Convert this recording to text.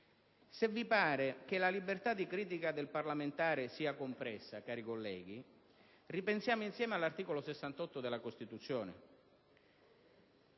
Se vi pare che la libertà di critica del parlamentare sia compressa, cari colleghi, ripensiamo insieme all'articolo 68 della Costituzione!